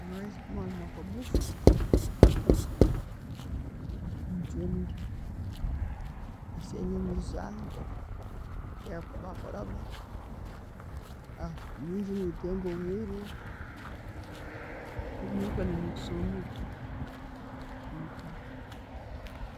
Nchendi, enjonji zahiika, kebakoraga, munju ne; mpemba omuro